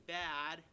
bad